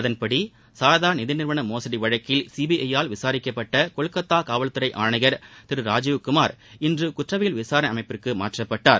அதன்படி சாரதா நிதி நிறுவன மோசடி வழக்கில் சிபிஐ ஆல் விசாரிக்கப்பட்ட கொல்கத்தா காவல் துறை ஆணையர் திரு ராஜீவ் குமார் இன்று குற்றவியல் விசாரணை அமைப்பிற்கு மாற்றப்பட்டார்